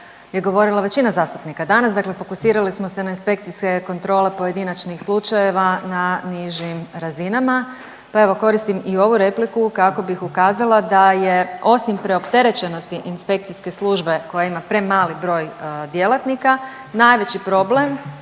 je govorila većina zastupnika danas. Dakle, fokusirali smo se na inspekcijske kontrole pojedinačnih slučajeva na nižim razinama, pa evo koristim i ovu repliku kako bih ukazala da je osim preopterećenosti inspekcijske službe koja ima premali broj djelatnika, najveći problem